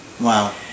Wow